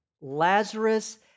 Lazarus